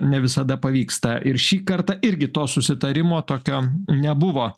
ne visada pavyksta ir šį kartą irgi to susitarimo tokio nebuvo